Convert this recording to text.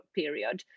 period